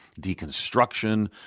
Deconstruction